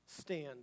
stand